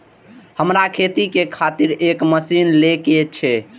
हमरा खेती के खातिर एक मशीन ले के छे?